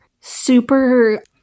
super